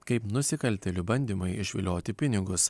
kaip nusikaltėlių bandymai išvilioti pinigus